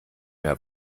mehr